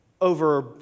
over